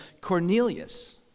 Cornelius